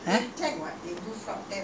they are already keep multiplying only